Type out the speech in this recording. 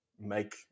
make